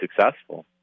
successful